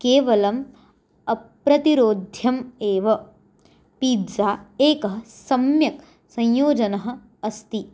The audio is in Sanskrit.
केवलम् अप्रतिरोध्यम् एव पिज़्ज़ा एकः सम्यक् संयोजनः अस्ति